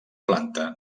planta